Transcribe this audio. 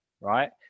right